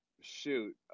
Shoot